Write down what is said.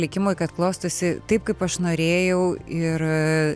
likimui kad klostosi taip kaip aš norėjau ir